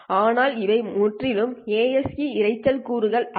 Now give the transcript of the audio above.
ஆனால் இவை முற்றிலும் ASE இரைச்சல் கூறுகள் அல்ல